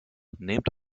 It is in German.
nehmt